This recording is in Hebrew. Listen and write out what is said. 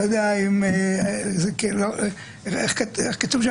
איך כתוב?